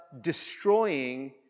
destroying